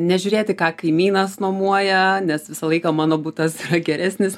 nežiūrėti ką kaimynas nomuoja nes visą laiką mano butas geresnis